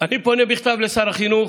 אני פונה בכתב לשר החינוך,